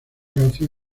canción